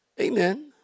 Amen